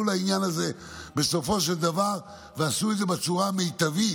לעניין הזה בסופו של דבר ועשו את זה בצורה המיטבית,